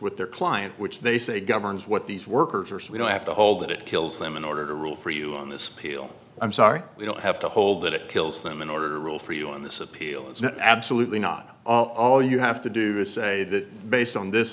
with their client which they say governs what these workers are so we don't have to hold it kills them in order to rule for you on this appeal i'm sorry we don't have to hold that it kills them in order to rule for you in this appeal is not absolutely not all you have to do this say that based on this